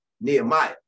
Nehemiah